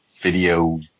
video